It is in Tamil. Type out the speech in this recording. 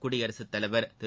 குடியரசுத் தலைவர் திரு